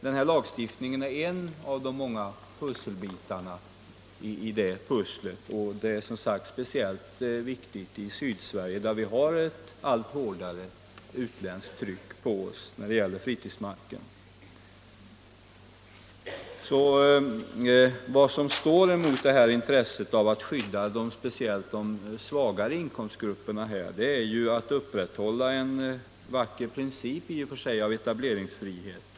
Den lagstiftningen är en av de många bitarna i det pusslet, och det är speciellt viktigt i Sydsverige där vi har ett allt hårdare utländskt tryck på oss. när det gäller fritidsmark. Vad som motverkar intresset att skydda speciellt de svagare inkomstgrupperna är strävan att upprätthålla den i och för sig vackra principen om etableringsfrihet.